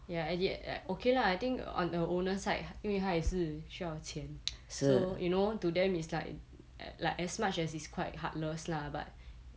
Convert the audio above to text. ya at the en~ like okay lah I think on the owner side 因为他也是需要钱 so you know to them is like like as much as it's quite heartless lah but